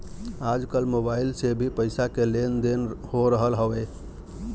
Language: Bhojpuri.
आजकल मोबाइल से भी पईसा के लेन देन हो रहल हवे